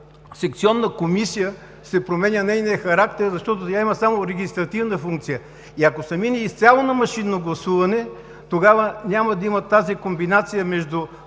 секционна комисия се променя характерът, защото тя има само регистративна функция. Ако се мине изцяло на машинно гласуване, тогава няма да има тази комбинация между